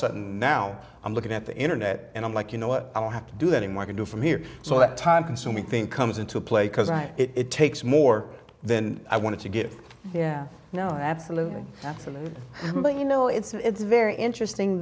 also now i'm looking at the internet and i'm like you know what i have to do any more i can do from here so that time consuming thing comes into play because right it takes more than i want to get yeah no absolutely absolutely but you know it's very interesting